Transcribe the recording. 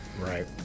right